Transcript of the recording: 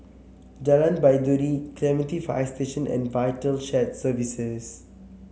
Jalan Baiduri Clementi Fire Station and Vital Shared Services